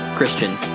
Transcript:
Christian